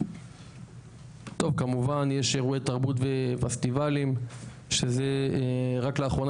כמובן יש אירועי תרבות ופסטיבלים שזה רק לאחרונה